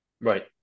Right